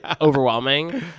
overwhelming